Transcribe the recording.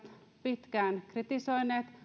pitkään kritisoineet